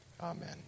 Amen